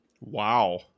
Wow